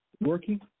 working